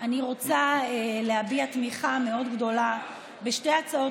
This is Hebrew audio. אני רוצה להביע תמיכה מאוד גדולה בשתי הצעות